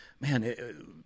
Man